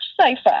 safer